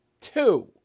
Two